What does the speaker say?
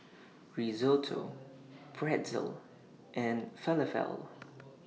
Risotto Pretzel and Falafel